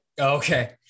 Okay